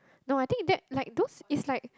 no I think that like those is like